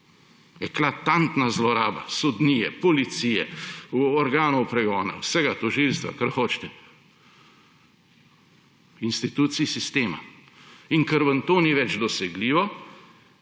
Eklatantna zloraba sodnije, policije, organov pregona, vsega tožilstva, kar hočete, institucij sistema. In ker vam to ni več dosegljivo,